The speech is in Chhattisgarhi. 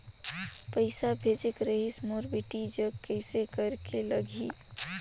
पइसा भेजेक रहिस मोर बेटी जग कइसे करेके लगही?